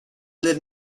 live